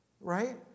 right